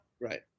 right